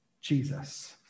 Jesus